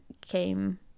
came